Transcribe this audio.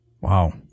Wow